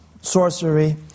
sorcery